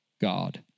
God